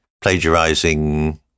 plagiarizing